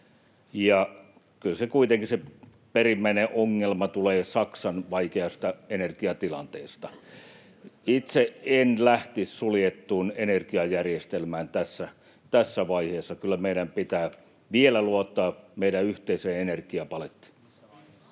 kyllä kuitenkin se perimmäinen ongelma tulee Saksan vaikeasta energiatilanteesta. Itse en lähtisi suljettuun energiajärjestelmään tässä vaiheessa. Kyllä meidän pitää vielä luottaa meidän yhteiseen energiapalettiin.